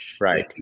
Right